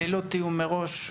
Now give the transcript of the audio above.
ללא תיאום מראש,